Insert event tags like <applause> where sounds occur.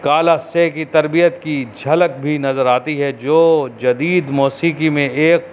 کال <unintelligible> کی تربیت کی جھلک بھی نظر آتی ہے جو جدید موسیقی میں ایک